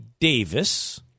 Davis